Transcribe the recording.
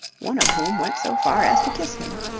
one of whom went so far as to kiss him.